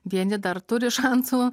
vieni dar turi šansų